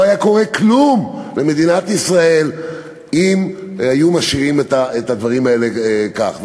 לא היה קורה כלום למדינת ישראל אם היו משאירים את הדברים האלה כך.